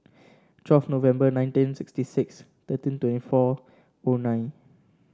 twelfth November nineteen sixty six thirteen twenty four O nine